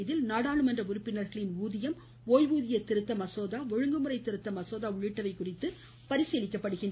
இதில் நாடாளுமன்ற உறுப்பினர்களின் ஊதியம் ஓய்வூதிய திருத்த மசோதா ஒழுங்குமுறை திருத்த மசோதா உள்ளிட்டவை குறித்து பரிசீலிக்கப்படுகின்றன